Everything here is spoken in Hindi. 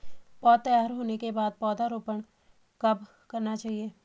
पौध तैयार होने के बाद पौधा रोपण कब करना चाहिए?